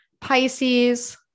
pisces